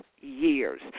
years